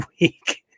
week